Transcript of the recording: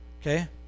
okay